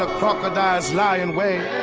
ah crocodiles lie and wait